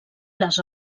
les